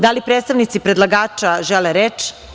Da li predstavnici predlagača žele reč?